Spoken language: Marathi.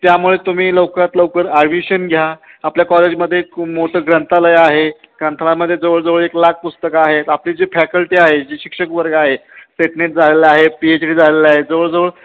त्यामुळे तुम्ही लवकरात लवकर ॲडमिशन घ्या आपल्या कॉलेजमध्ये खूप मोठं ग्रंथालय आहे ग्रंथालयामध्ये जवळजवळ एक लाख पुस्तकं आहेत आपली जी फॅकल्टी आहे जी शिक्षक वर्ग आहे सेटनेट झालेलं आहे पीएच डी झालेलं आहे जवळजवळ